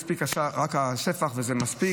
מספיק רק הספח וזה מספיק.